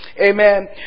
Amen